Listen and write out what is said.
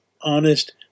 honest